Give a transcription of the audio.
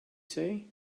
say